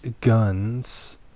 guns